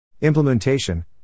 Implementation